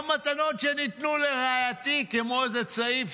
גם מתנות שניתנו לרעייתי, כמו איזה צעיף.